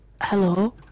Hello